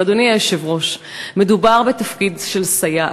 אבל, אדוני היושב-ראש, מדובר בתפקיד של סייעת.